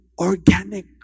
organic